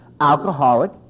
alcoholic